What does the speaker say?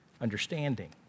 understanding